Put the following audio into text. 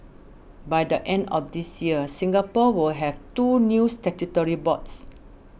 by the end of this year Singapore will have two new statutory boards